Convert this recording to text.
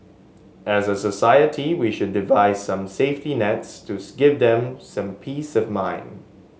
as a society we should devise some safety nets to give them some peace of mind